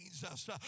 Jesus